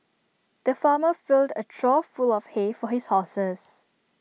the farmer filled A trough full of hay for his horses